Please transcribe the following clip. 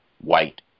white